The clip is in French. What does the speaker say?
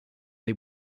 des